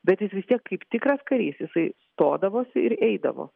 bet jis vis tiek kaip tikras karys jisai stodavosi ir eidavo